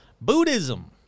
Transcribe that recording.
Buddhism